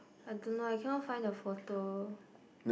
I don't know I cannot find the photo